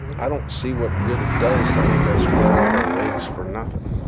i don't see what good it does to make us wear out our legs for nothin'.